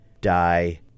die